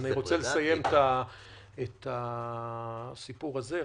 אני רוצה לסיים את הסיפור הזה.